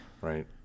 right